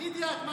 תגידי את.